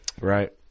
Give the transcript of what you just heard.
Right